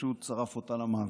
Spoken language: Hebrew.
שפשוט שרף אותה למוות.